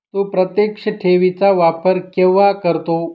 तू प्रत्यक्ष ठेवी चा वापर केव्हा करतो?